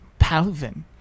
Palvin